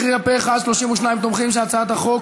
ההצעה להפוך את הצעת חוק